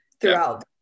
throughout